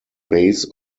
base